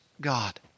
God